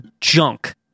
junk